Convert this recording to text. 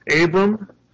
Abram